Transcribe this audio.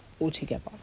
altogether